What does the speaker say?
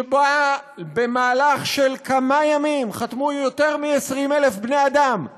ובה במהלך של כמה ימים חתמו יותר מ-20,000 בני אדם על